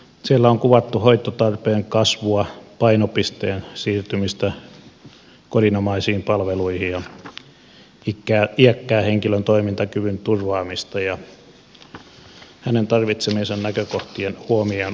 siellä on kuvattu hoitotarpeen kasvua painopisteen siirtymistä kodinomaisiin palveluihin ja iäkkään henkilön toimintakyvyn turvaamista ja hänen tarvitsemiensa näkökohtien huomioonottoa